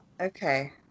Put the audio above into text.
Okay